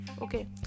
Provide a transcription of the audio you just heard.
Okay